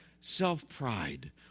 self-pride